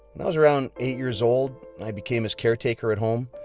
and i was around eight years old when i became his caretaker at home,